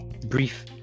brief